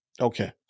Okay